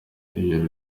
ijoro